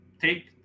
take